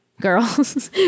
girls